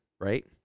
Right